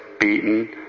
beaten